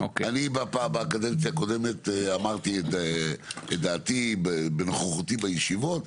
בקדנציה הקודמת אמרתי את דעתי בנוכחותי בישיבות,